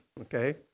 okay